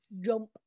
Jump